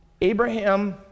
Abraham